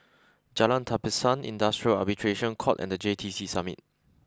Jalan Tapisan Industrial Arbitration Court and the J T C Summit